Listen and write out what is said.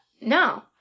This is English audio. No